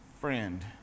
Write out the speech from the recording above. friend